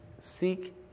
seek